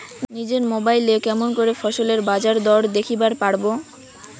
নিজের মোবাইলে কেমন করে ফসলের বাজারদর দেখিবার পারবো?